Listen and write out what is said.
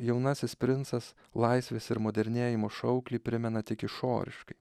jaunasis princas laisvės ir modernėjimo šauklį primena tik išoriškai